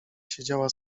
siedziała